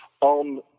on